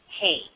hey